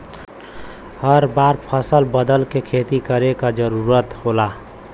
हर बार फसल बदल के खेती करे क जरुरत होला